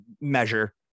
measure